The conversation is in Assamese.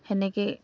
সেনেকে